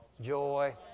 joy